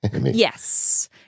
Yes